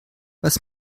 was